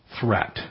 threat